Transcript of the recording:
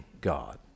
God